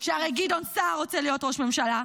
שהרי גדעון סער רוצה להיות ראש ממשלה,